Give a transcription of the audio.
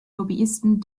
lobbyisten